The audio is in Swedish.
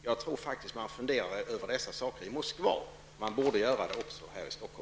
Jag tror faktiskt att man funderar över dessa saker i Moskva, och man borde göra det också här i